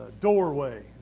doorway